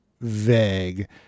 vague